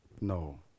No